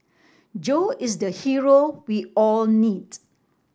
Joe is the hero we all need